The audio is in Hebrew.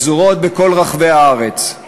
פזורות בכל רחבי הארץ: